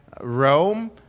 Rome